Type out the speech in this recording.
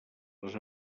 les